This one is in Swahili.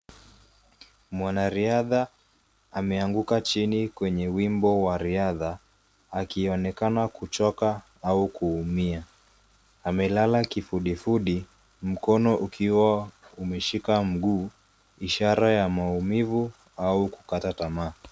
Mwanariadha ameanguka chini kwenye wimbo wa riadha akionekana kuchoka au kuumia. Amelala kifudifudi, mkono ukiwa umeshika mguu, ishara ya maumivu au kukata tamaa.